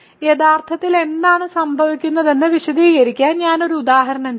യഥാർത്ഥത്തിൽ എന്താണ് സംഭവിക്കുന്നതെന്ന് വിശദീകരിക്കാൻ ഞാൻ ഒരു ഉദാഹരണം ചെയ്യും